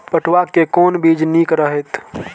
पटुआ के कोन बीज निक रहैत?